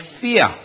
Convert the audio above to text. fear